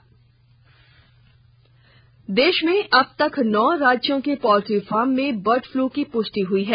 influenza देश में अब तक नौ राज्यों के पोल्ट्री फार्म में बर्ड फ्लू की पुष्टि हुई है